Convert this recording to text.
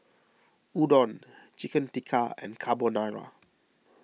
Udon Chicken Tikka and Carbonara